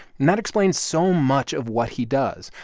and that explains so much of what he does.